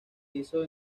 hizo